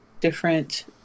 different